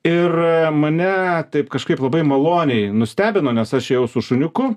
ir mane taip kažkaip labai maloniai nustebino nes aš ėjau su šuniuku